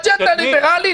אג'נדה ליברלית.